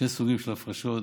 שני סוגים של הפרשות,